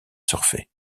surfer